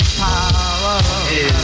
power